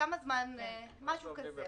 משהו כזה.